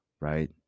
right